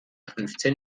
fünfzehn